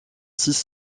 six